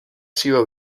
sido